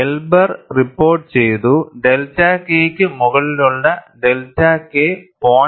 Elber report ചെയ്തു delta K ക്ക് മുകളിലുള്ള ഡെൽറ്റ K 0